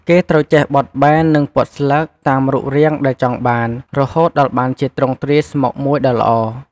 គេត្រូវចេះ បត់បែន និងពត់ស្លឹក តាមរូបរាងដែលចង់បាន រហូតដល់បានជាទ្រង់ទ្រាយស្មុកមួយដ៏ល្អ។